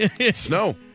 Snow